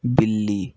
बिल्ली